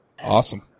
Awesome